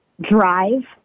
drive